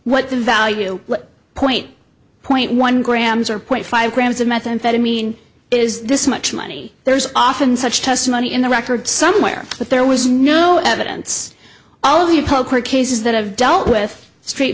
what the value point point one grams or point five grams of methamphetamine is this much money there's often such testimony in the record somewhere but there was no evidence all the poker cases that have dealt with street